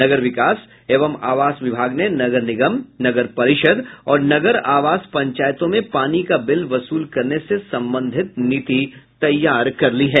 नगर विकास एवं आवास विभाग ने नगर निगम नगर परिषद और नगर आवास पंचायतों में पानी का बिल वसूल करने से संबंधित नीति तैयार कर ली है